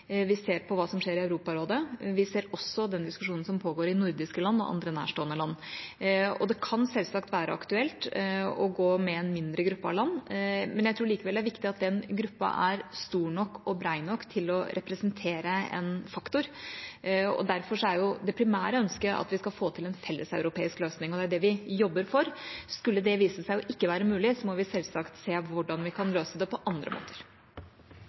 Vi ser på hva som skjer i Europarådet. Vi ser også på den diskusjonen som pågår i nordiske land og andre nærstående land. Det kan selvsagt være aktuelt å gå med i en mindre gruppe av land, men jeg tror likevel det er viktig at den gruppa er stor nok og bred nok til å representere en faktor. Derfor er det primære ønsket at vi skal få til en felleseuropeisk løsning, og det er det vi jobber for. Skulle det vise seg ikke å være mulig, må vi selvsagt se på hvordan vi kan løse det på andre måter.